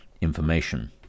information